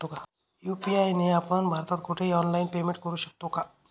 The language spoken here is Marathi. यू.पी.आय ने आपण भारतात कुठेही ऑनलाईन पेमेंट करु शकतो का?